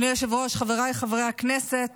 אדוני היושב-ראש, חבריי חברי הכנסת,